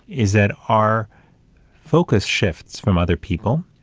is that our focus shifts from other people,